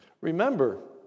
Remember